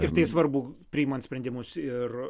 ir tai svarbu priimant sprendimus ir